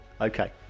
Okay